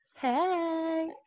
Hey